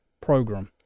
program